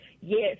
yes